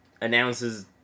announces